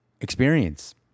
experience